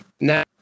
Now